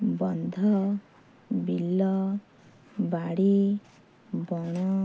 ବନ୍ଧ ବିଲ ବାଡ଼ି ବଣ